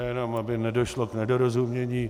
Já jenom aby nedošlo k nedorozumění.